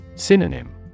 Synonym